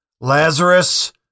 Lazarus